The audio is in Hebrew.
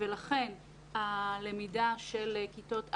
לכן הלמידה של כיתות א',